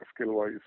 skill-wise